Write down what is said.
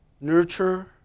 nurture